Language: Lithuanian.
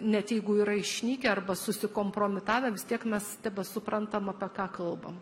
net jeigu yra išnykę arba susikompromitavę vis tiek mes tebesuprantam apie ką kalbam